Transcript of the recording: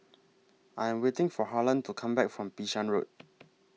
I Am waiting For Harlan to Come Back from Bishan Road